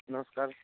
नमस्कार